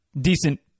decent